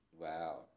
wow